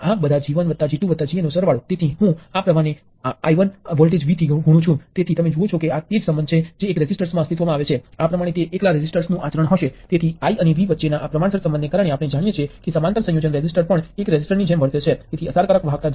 એ જ રીતે આપણે વોલ્ટેજ સ્ત્રોત અને તત્ત્વના સમાંતર સંયોજન ને ધ્યાનમાં લઈશું